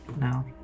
No